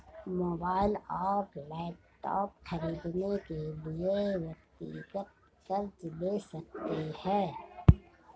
mobile और laptop खरीदने के लिए व्यक्तिगत कर्ज ले सकते है